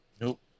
Nope